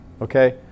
Okay